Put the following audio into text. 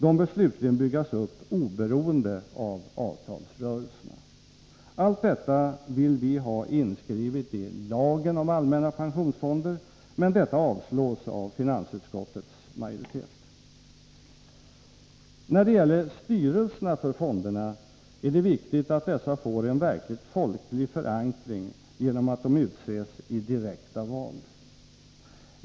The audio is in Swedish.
De bör slutligen byggas upp oberoende av avtalsrörelserna. Allt detta vill vi ha inskrivet i lagen om allmänna pensionsfonder, men detta avslås av finansutskottets majoritet. När det gäller styrelserna för fonderna är det viktigt att dessa får en verkligt folklig förankring genom att de utses i direkta val.